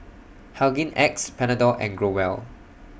Hygin X Panadol and Growell